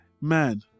Man